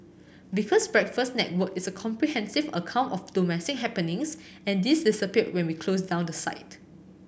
because Breakfast Network is a comprehensive account of domestic happenings and this disappeared when we closed down the site